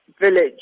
village